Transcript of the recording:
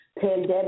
pandemic